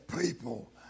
people